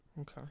Okay